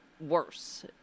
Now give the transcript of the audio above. worse